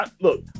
Look